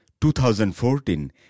2014